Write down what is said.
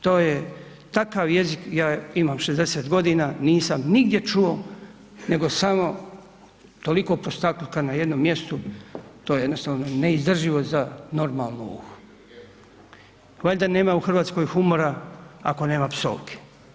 To je takav jezik, ja imam 60 g., nisam nigdje čuo nego samo toliko prostakluka na jednom mjestu, to je jednostavno neizdrživo za normalnu, valjda nema u Hrvatskoj humora ako nema psovki.